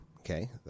okay